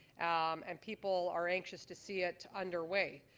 and people are anxious to see it under way.